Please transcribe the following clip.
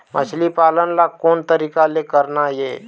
मछली पालन ला कोन तरीका ले करना ये?